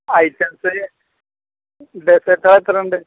items dessert എത്രയുണ്ട്